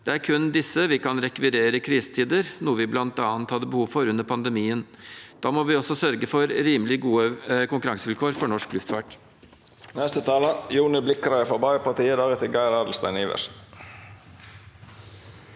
Det er kun disse vi kan rekvirere i krisetider, noe vi bl.a. hadde behov for under pandemien. Da må vi også sørge for rimelig gode konkurransevilkår for norsk luftfart.